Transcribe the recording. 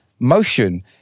motion